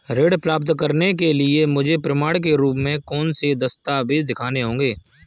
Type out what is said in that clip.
ऋण प्राप्त करने के लिए मुझे प्रमाण के रूप में कौन से दस्तावेज़ दिखाने होंगे?